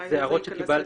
מתי זה ייכנס לתוקף?